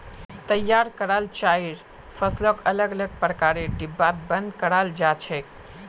तैयार कराल चाइर फसलक अलग अलग प्रकारेर डिब्बात बंद कराल जा छेक